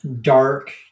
dark